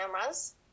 cameras